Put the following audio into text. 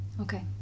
Okay